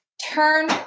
Turn